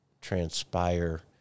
transpire